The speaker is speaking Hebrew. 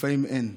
לפעמים אין,